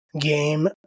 game